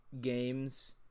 games